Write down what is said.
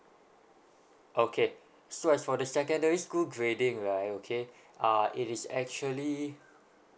okay so as for the secondary school grading right okay uh it is actually